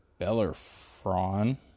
Bellerfron